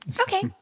Okay